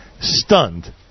stunned